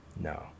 No